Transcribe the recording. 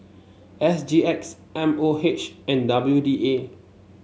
S G X M O H and W D A